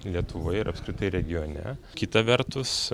lietuvoje ir apskritai regione kita vertus